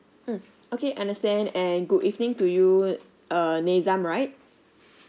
mm okay understand and good evening to you uh nizam right